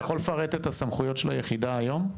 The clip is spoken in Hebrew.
אתה יכול לפרט את הסמכויות של היחידה היום?